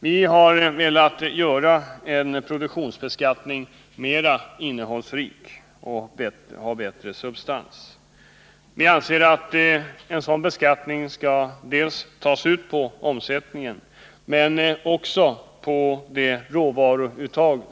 Vi har velat göra en produktionsbeskattning mer innehållsrik och med bättre substans. Vi anser att en sådan beskattning skall göras dels på omsättningen, dels på företagens råvaruuttag.